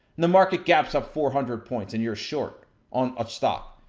and the market gap is up four hundred points, and you're short on a stock.